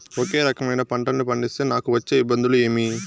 ఒకే రకమైన పంటలని పండిస్తే నాకు వచ్చే ఇబ్బందులు ఏమి?